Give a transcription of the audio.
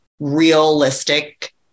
realistic